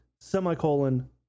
semicolon